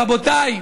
רבותיי,